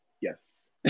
Yes